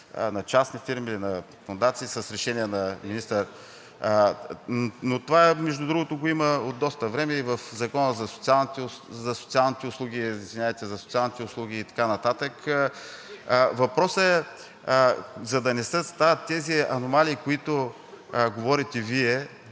на частни фирми, на фондации с решение на министър, но това, между другото, го има от доста време в Закона за социалните услуги и така нататък. Въпросът е, за да не се създават тези аномалии, за които говорите Вие,